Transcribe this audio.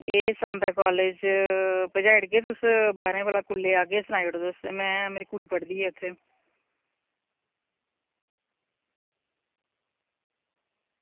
एह् सांबा कॉलेज़ पजाई ओड़गे तुस बारहां कोला कुसलै आह्गे तुस मेरी कुड़ी पढ़दी ऐ उत्थें